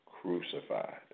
crucified